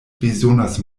bezonas